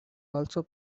also